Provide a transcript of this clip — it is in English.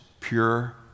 pure